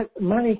money